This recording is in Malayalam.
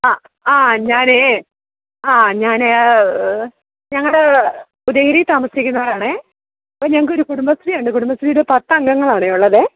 ആ ആ ഞാനെ ആ ഞാനേ ഞങ്ങള് ഉദയഗിരി താമസിക്കുന്നതാണെ ഇപ്പോള് ഞങ്ങള്ക്കൊരു കുടുംബശ്രീയുണ്ട് കുടുംബശ്രീയില് പത്തംഗങ്ങളാണേ ഉള്ളതേ